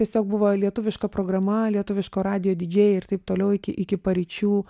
tiesiog buvo lietuviška programa lietuviško radijo didžėjai ir taip toliau iki iki paryčių